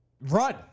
run